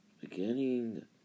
beginning